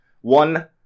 One